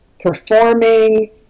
performing